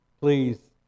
Please